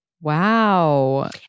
Wow